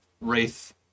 wraith